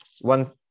one